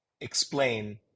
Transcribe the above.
explain